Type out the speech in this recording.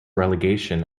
relegation